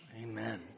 Amen